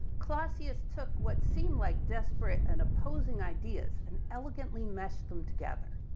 clausius took what seemed like desperate and opposing ideas and elegantly meshed them together.